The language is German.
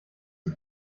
sie